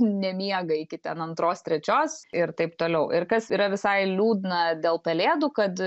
nemiega iki ten antros trečios ir taip toliau ir kas yra visai liūdna dėl pelėdų kad